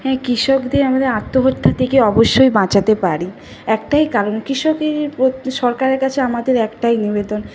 হ্যাঁ কৃষকদের আমাদের আত্মহত্যা থেকে অবশ্যই বাঁচাতে পারি একটাই কারণ কৃষকেরই সরকারের কাছে আমাদের একটাই নিবেদন